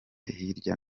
hirya